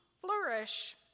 flourish